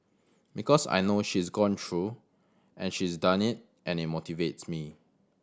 because I know she's gone through and she's done it and it motivates me